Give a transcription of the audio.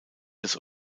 das